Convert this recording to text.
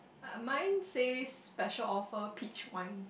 uh mine says special offer peach wine